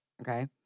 okay